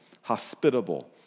hospitable